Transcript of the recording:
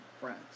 friends